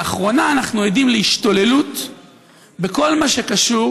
לאחרונה אנחנו עדים להשתוללות בכל מה שקשור